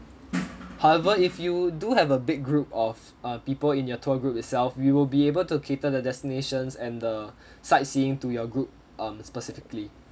however if you do have a big group of uh people in your tour group itself we will be able to cater the destinations and the sightseeing to your group um specifically